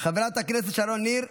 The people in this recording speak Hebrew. חברת הכנסת שרון ניר,